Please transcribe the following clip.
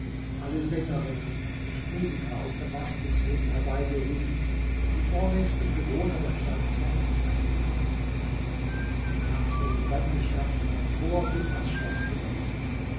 alle sängerinnen und musiker aus damaskus wurden herbeigerufen und die vornehmsten bewohner der stadt zur hochzeit geladen des nachts wurde die ganze stadt vom tor bis ans schloß beleuchtet